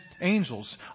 angels